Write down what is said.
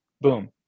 boom